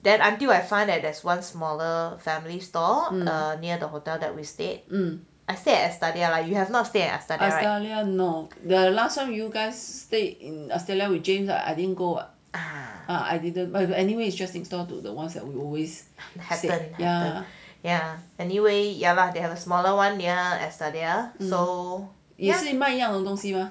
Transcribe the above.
them until I find that there's one smaller family store near the hotel that we stayed um I stay at Estadia lah like you have not stayed at Estadia they have a smaller [one] near Estadia